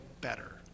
better